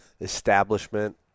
establishment